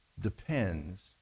depends